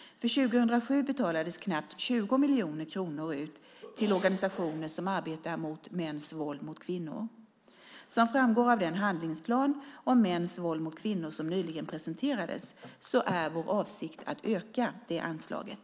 För 2007 betalades knappt 20 miljoner kronor ut till organisationer som arbetar mot mäns våld mot kvinnor. Som framgår av den handlingsplan om mäns våld mot kvinnor som nyligen presenterades är vår avsikt att öka det anslaget.